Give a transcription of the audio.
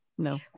No